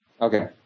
Okay